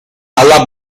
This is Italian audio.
alla